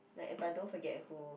like if I don't forget who